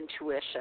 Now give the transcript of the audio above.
intuition